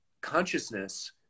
consciousness